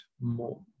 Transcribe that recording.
more